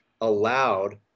allowed